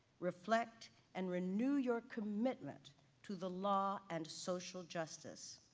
reflect and renew your commitment to the law and social justice.